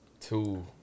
two